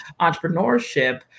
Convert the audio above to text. entrepreneurship